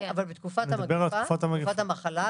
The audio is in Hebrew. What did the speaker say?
אני מדבר על תקופת המחלה.